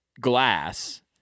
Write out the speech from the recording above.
glass